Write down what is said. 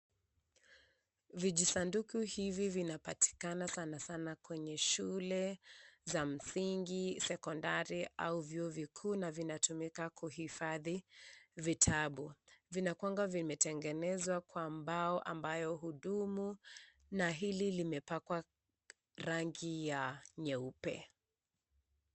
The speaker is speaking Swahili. Vijisanduku hivi vinapatikana sana sana kwenye shule za msingi, sekondari au vyuo vikuu na vinatumika kuhifadhi vitabu. Vinakuwanga vimetengenezwa kwa mbao ambayo hudumu na hili limepakwa rangi ya nyeupe.